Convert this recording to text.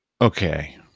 Okay